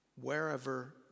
wherever